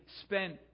spent